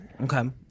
Okay